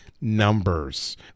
numbers